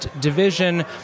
division